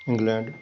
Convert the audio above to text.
England